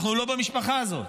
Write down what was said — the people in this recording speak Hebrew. אנחנו לא במשפחה הזאת.